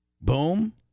Boom